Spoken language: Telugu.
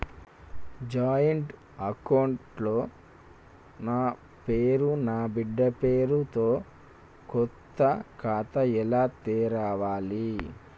జాయింట్ అకౌంట్ లో నా పేరు నా బిడ్డే పేరు తో కొత్త ఖాతా ఎలా తెరవాలి?